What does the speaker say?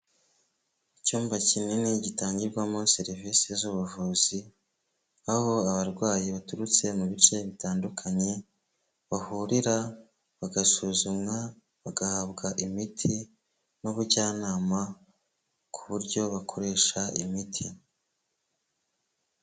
Icyumba kinini gitangirwamo serivisi z'ubuvuzi, aho abarwayi baturutse mu bice bitandukanye bahurira bagasuzumwa bagahabwa imiti n'ubujyanama ku buryo bakoresha imiti.